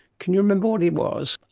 can you remember what it was?